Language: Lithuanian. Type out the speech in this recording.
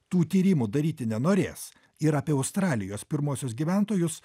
tų tyrimų daryti nenorės ir apie australijos pirmuosius gyventojus